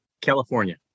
California